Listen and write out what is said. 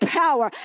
power